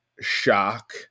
shock